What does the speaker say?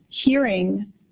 hearing